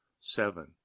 seven